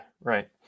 right